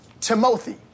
Timothy